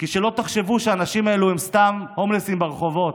כדי שלא תחשבו שהאנשים האלה הם סתם הומלסים ברחובות.